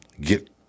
get